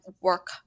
work